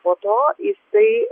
po to jisai